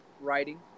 writing